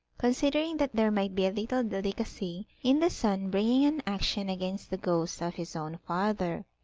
considering that there might be a little delicacy in the son bringing an action against the ghost of his own father.